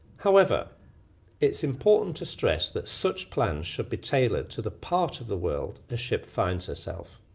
however it's important to stress that such plans should be tailored to the part of the world a ship finds herself,